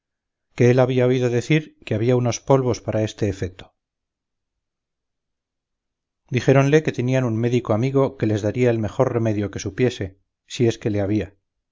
que él había oído decir que había unos polvos para este efeto dijéronle que tenían un médico amigo que les daría el mejor remedio que supiese si es que le había